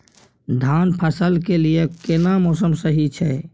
धान फसल के लिये केना मौसम सही छै?